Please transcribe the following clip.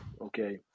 okay